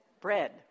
Bread